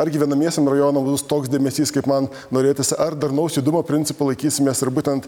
ar gyvenamiesiems rajonams toks dėmesys kaip man norėtųsi ar darnaus judumo principų laikysimės ar būtent